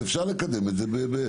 אפשר לקדם את זה.